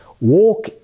walk